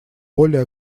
более